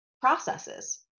processes